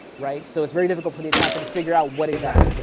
right. so it's very difficult for the attacker to figure out what exactly